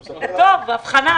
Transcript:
זה טוב, אבחנה.